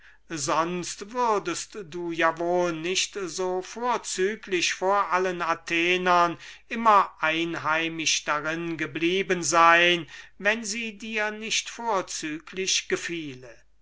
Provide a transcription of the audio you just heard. sonst würdest du ja wohl nicht so vorzüglich vor allen athenern immer einheimisch darin geblieben sein wenn sie dir nicht vorzüglich gefiele